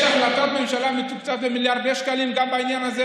יש החלטת ממשלה מתוקצבת במיליארדי שקלים גם בעניין הזה,